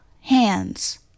hands